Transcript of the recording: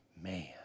Man